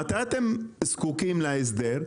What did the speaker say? מתי אתם זקוקים להסדר?